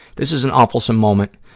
this is an awfulsome moment,